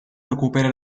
recupera